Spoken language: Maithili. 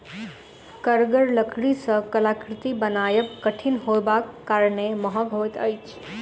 कड़गर लकड़ी सॅ कलाकृति बनायब कठिन होयबाक कारणेँ महग होइत छै